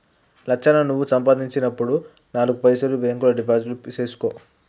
లచ్చన్న నువ్వు సంపాదించినప్పుడు నాలుగు పైసలు బాంక్ లో డిపాజిట్లు సేసుకో